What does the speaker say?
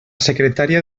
secretària